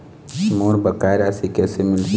मोर बकाया राशि कैसे मिलही?